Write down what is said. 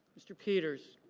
mr. peters.